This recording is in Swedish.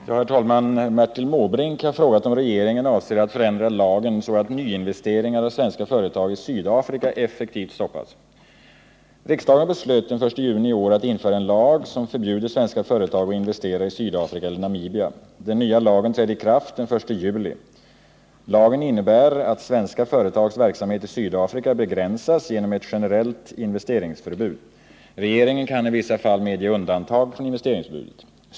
Herr talman! Bertil Måbrink har frågat om regeringen avser att förändra lagen så att nyinvesteringar av svenska företag i Sydafrika effektivt stoppas. Riksdagen beslöt den 1 juni i år att införa en lag som förbjuder svenska företag att investera i Sydafrika eller Namibia. Den nya lagen trädde i kraft den 1 juli. Lagen innebär att svenska företags verksamhet i Sydafrika begränsas genom ett generellt investeringsförbud. Regeringen kan i vissa fall medge undantag från investeringsförbudet.